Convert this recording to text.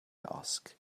ask